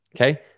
Okay